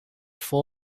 vol